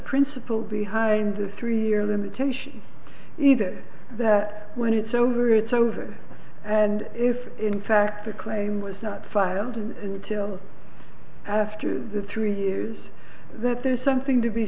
principle behind the three year limitation either that when it's over it's over and if in fact the claim was not filed and until after the three years that there's something to be